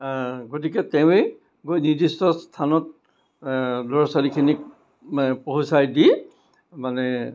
গতিকে তেৱেঁই গৈ নিৰ্দিষ্ট স্থানত ল'ৰা ছোৱালী খিনিক পহুচাই দি মানে